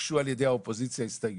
הוגשו על ידי האופוזיציה הסתייגויות.